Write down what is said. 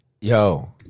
Yo